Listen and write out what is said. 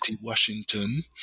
washington